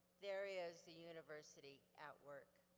there is the university at work.